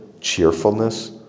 cheerfulness